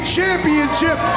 Championship